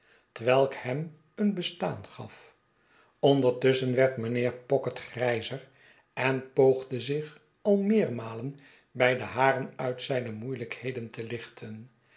twelk hem een bestaan gaf ondertusschen werd mijnheer pocket grijzer en poogde zich al meermalen bij de haren uit zijne moeielijkheden te lichten